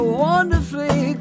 wonderfully